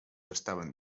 estaven